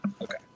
Okay